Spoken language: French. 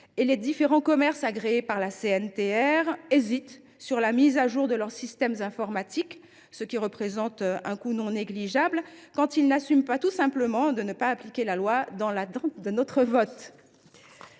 et les différents commerces agréés par la CNTR hésitent à mettre à jour leurs systèmes informatiques, ce qui représente un coût non négligeable, quand ils n’assument pas tout simplement de ne pas appliquer la loi dans l’attente de notre vote.